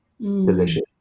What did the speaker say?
delicious